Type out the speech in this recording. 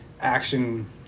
action